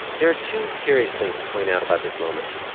there are two curious things to point out about this moment.